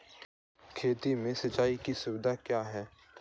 खेती में सिंचाई की सुविधा क्या है?